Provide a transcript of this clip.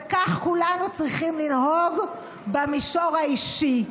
וכך כולנו צריכים לנהוג במישור האישי.